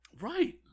right